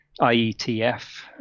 IETF